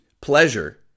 pleasure